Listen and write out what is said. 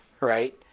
Right